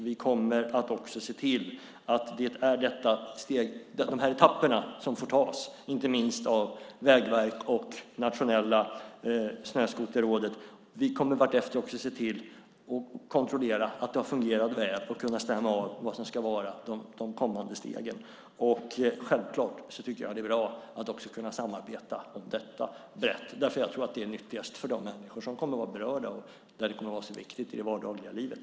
Vi kommer att se till att de här etapperna får tas av Vägverket och det nationella snöskoterrådet. Vi kommer vartefter att kontrollera att det har fungerat väl och stämma av de kommande stegen. Jag tycker självklart att det är bra att också kunna samarbeta brett om detta. Jag tror att det är nyttigast för de människor som är berörda och där det är viktigt i det vardagliga livet.